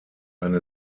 eine